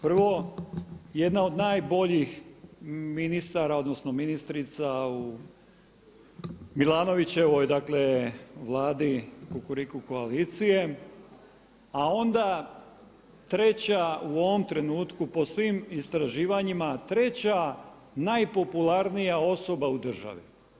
Prvo, jedna od najboljih ministara, odnosno ministrica u Milanovićevoj, dakle Vladi kukuriku koalicije a onda 3.-ća u ovom trenutku po svim istraživanjima, 3.-ća najpopularnija osoba u državi.